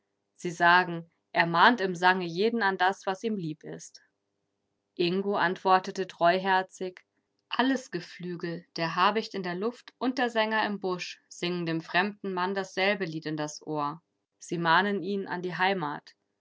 sie sagen er mahnt im sange jeden an das was ihm lieb ist ingo antwortete treuherzig alles geflügel der habicht in der luft und der sänger im busch singen dem fremden mann dasselbe lied in das ohr sie mahnen ihn an die heimat